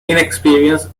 inexperience